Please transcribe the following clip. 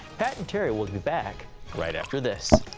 pat and carey will be back right after this.